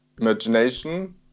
imagination